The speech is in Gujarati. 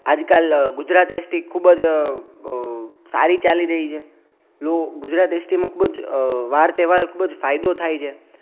આજ કાલ ગુજરાત એસટી ખુબ જ સારી ચાલી રઈ છે જો ગુજરાત એસટીનું ખૂબ જ વાર તેહવારે ખૂબ જ ફાયદો થાય છે